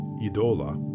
Idola